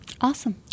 Awesome